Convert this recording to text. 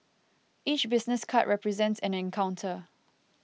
each business card represents an encounter